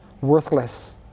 worthless